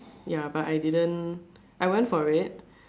ya but I didn't I went for it